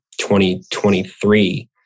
2023